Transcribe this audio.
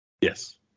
Yes